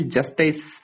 Justice